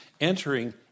entering